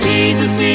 Jesus